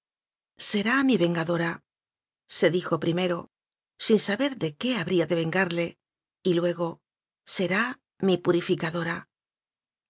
será mi vengadora se dijo primero sin saber de qué habría de vengarle y luego será mi purificadora